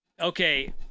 Okay